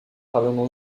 travaillant